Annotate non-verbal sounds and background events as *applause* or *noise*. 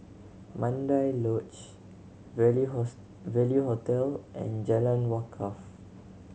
Mandai Lodge Value *unintelligible* Value Hotel and Jalan Wakaff